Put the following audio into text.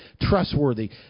trustworthy